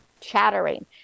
chattering